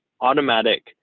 automatic